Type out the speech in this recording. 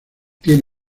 tiene